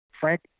Frank